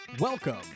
Welcome